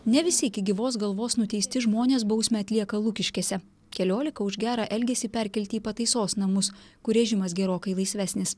ne visi iki gyvos galvos nuteisti žmonės bausmę atlieka lukiškėse keliolika už gerą elgesį perkelti į pataisos namus kur režimas gerokai laisvesnis